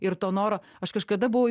ir to noro aš kažkada buvau